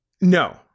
no